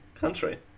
Country